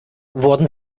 wurden